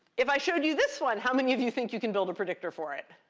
if i showed you this one, how many of you think you can build a predictor for it?